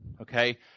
okay